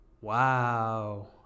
Wow